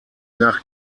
nach